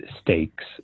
stakes